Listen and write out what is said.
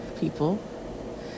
people